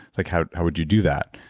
like how how would you do that?